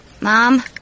Mom